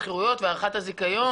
השכירויות והארכת הזיכיון.